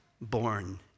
born